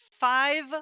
five